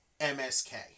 MSK